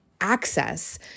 access